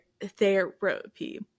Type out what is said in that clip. therapy